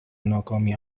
ناکامی